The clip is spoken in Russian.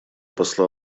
посла